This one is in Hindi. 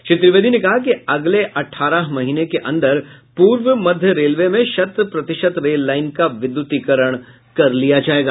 श्री त्रिवेदी ने कहा कि अगले अठारह महीने के अन्दर पूर्व मध्य रेलवे में शत प्रतिशत रेल लाईन का विद्युतीकरण कर लिया जायेगा